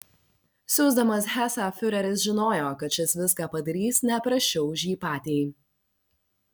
siųsdamas hesą fiureris žinojo kad šis viską padarys ne prasčiau už jį patį